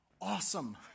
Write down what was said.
awesome